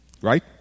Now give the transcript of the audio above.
right